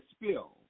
bill